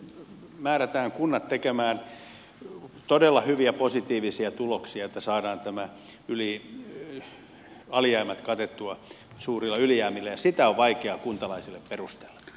nyt määrätään kunnat tekemään todella hyviä positiivisia tuloksia että saadaan nämä alijäämät katettua suurilla ylijäämillä ja sitä on vaikea kuntalaisille perustella